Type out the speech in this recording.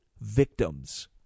victims